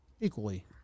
equally